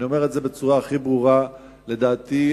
אני אומר את זה בצורה הכי ברורה: לדעתי,